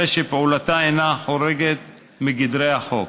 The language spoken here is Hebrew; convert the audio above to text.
הרי שפעולתה אינה חורגת מגדרי החוק.